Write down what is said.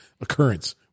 occurrence